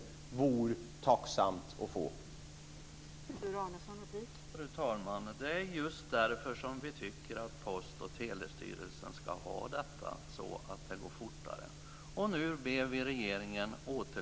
Det vore tacksamt att få det.